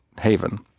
haven